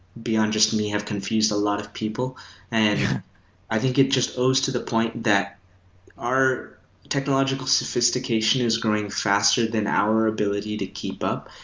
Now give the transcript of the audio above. beyond just me have confused a lot of people and i think it just owes to the point that our technological sophistication is growing faster than our ability to keep up,